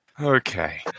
Okay